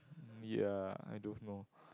ya I don't know